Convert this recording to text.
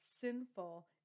sinful